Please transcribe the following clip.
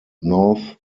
north